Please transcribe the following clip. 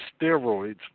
steroids